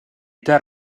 età